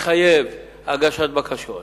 מחייב הגשת בקשות.